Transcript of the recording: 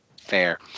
Fair